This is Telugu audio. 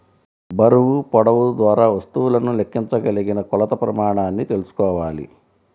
బరువు, పొడవు ద్వారా వస్తువులను లెక్కించగలిగిన కొలత ప్రమాణాన్ని తెల్సుకోవాలి